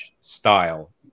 style